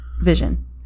vision